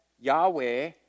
Yahweh